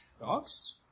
Dogs